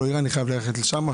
אני חייב ללכת לשם,